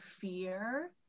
fear